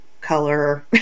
color